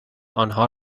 آنها